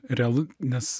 realu nes